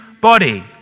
body